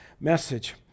message